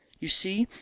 you see,